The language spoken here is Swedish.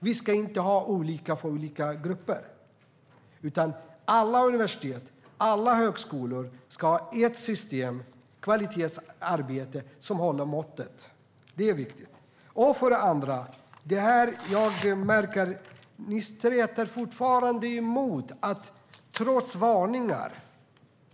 Vi ska inte ha olika för olika grupper. Alla universitet och alla högskolor ska ha ett enda system och ett kvalitetsarbete som hållet måttet. Det är viktigt. Jag märker att ni fortfarande stretar emot.